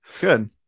good